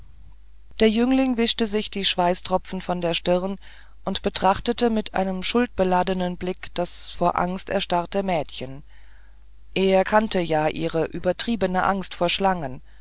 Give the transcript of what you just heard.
der jüngling wischte sich die schweißtropfen von der stirn und betrachtete mit einem schuldbeladenen blick das vor angst erstarrte mädchen er kannte ja ihre ganz übertriebene angst vor schlangen